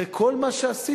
אחרי כל מה שעשיתם,